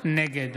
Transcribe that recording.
נגד